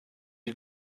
die